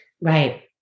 Right